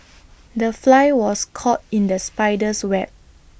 the fly was caught in the spider's web